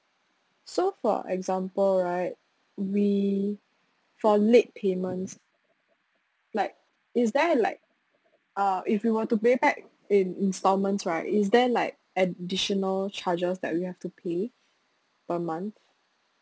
so for example right we for late payments like is there like uh if we want to pay back in installments right is there like additional charges that we have to pay per month